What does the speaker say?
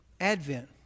Advent